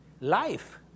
life